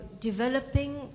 developing